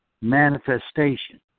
manifestation